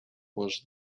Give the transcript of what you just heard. was